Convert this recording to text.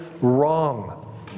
wrong